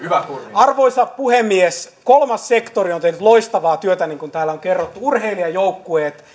arvoisa puhemies kolmas sektori on tehnyt loistavaa työtä niin kuin täällä on kerrottu urheilijajoukkueista